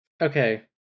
Okay